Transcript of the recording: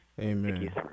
Amen